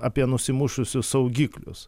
apie nusimušusius saugiklius